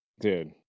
Dude